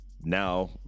now